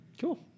Cool